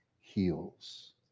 heals